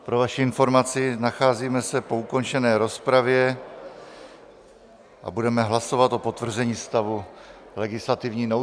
Pro vaši informaci, nacházíme se po ukončené rozpravě a budeme hlasovat o potvrzení stavu legislativní nouze.